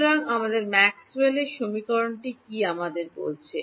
সুতরাং আমাদের ম্যাক্সওয়েলের সমীকরণটি কী আমাদের বলছে